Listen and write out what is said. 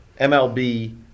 MLB